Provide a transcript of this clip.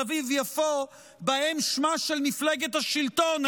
אביבי-יפו שבהם שמה של מפלגת השלטון,